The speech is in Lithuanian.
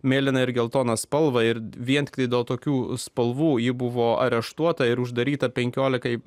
mėlyna ir geltoną spalvą ir dviem sklido tokių spalvų ji buvo areštuota ir uždaryta penkiolikai